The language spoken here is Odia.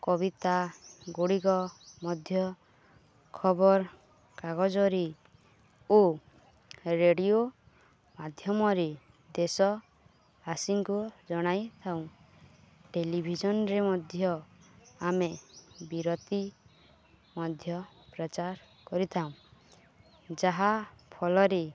କବିତାଗୁଡ଼ିକ ମଧ୍ୟ ଖବର କାଗଜରେ ଓ ରେଡ଼ିଓ ମାଧ୍ୟମରେ ଦେଶବାସିୀଙ୍କୁ ଜଣାଇଥାଉ ଟେଲିଭିଜନ୍ରେ ମଧ୍ୟ ଆମେ ବିରତି ମଧ୍ୟ ପ୍ରଚାର କରିଥାଉ ଯାହା ଫଳରେ